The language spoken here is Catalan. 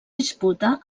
disputa